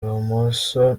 bumoso